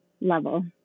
level